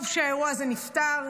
טוב שהאירוע הזה נפתר.